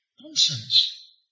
Nonsense